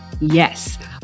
Yes